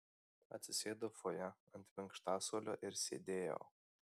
atsisėdau fojė ant minkštasuolio ir sėdėjau